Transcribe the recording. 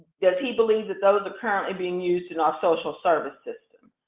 does he believe that those are currently being used in our social service system?